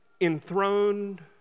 Enthroned